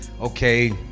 okay